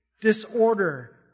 disorder